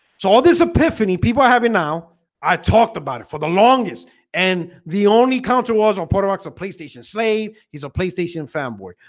so all this epiphany people are having now i talked about it for the longest and the only counter was on products of playstation slave he's a playstation fanboy,